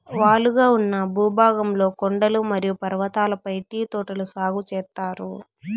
వాలుగా ఉన్న భూభాగంలో కొండలు మరియు పర్వతాలపై టీ తోటలు సాగు చేత్తారు